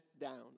down